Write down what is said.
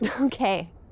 okay